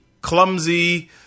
clumsy